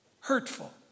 hurtful